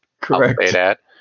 Correct